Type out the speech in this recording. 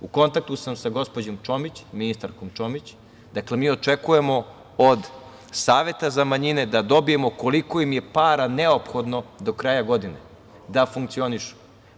U kontaktu sam sa gospođom Čomić, ministarkom Čomić, dakle mi očekujemo od Saveta za manjine da dobijemo koliko im je para neophodno do kraja godine da funkcionišu.